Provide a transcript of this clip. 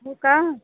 हो का